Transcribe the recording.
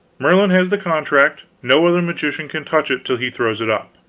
merlin has the contract no other magician can touch it till he throws it up.